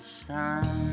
sun